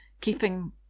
keeping